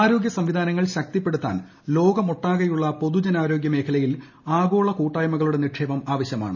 ആരോഗൃ സംവിധാനങ്ങൾ ശക്തിപ്പെടുത്താൻ ലോകമൊട്ടാകെയുള്ള പൊതുജനാരോഗൃ മേഖലയിൽ ആഗോള കൂട്ടായ്മകളുടെ നിക്ഷേപം ആവശ്യമാണ്